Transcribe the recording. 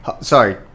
Sorry